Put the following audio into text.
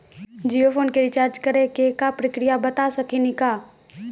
Jio phone के recharge करे के का प्रक्रिया बता साकिनी का?